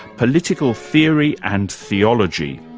political theory and theology.